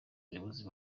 umuyobozi